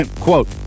quote